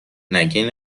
نگی